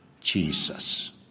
Jesus